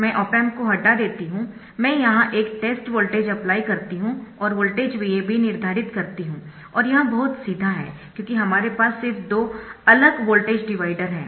मैं op amp को हटा देती हूं मैं यहां एक टेस्ट वोल्टेज अप्लाई करती हूं और वोल्टेज VAB निर्धारित करती हूं और यह बहुत सीधा है क्योंकि हमारे पास सिर्फ दो अलग वोल्टेज डिवाइडर है